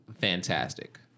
fantastic